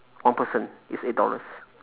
one person is eight dollars